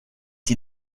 die